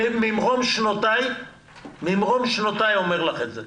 ממרום שנותיי אני אומר לך את זה.